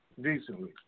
Decently